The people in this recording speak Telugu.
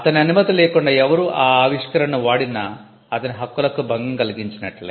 అతని అనుమతి లేకుండా ఎవరు ఆ ఆవిష్కరణను వాడినా అతని హక్కులకు భంగం కలిగించినట్లే